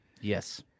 Yes